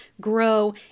grow